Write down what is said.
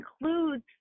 includes